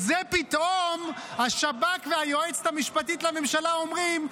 על זה פתאום השב"כ והיועצת המשפטית לממשלה אומרים: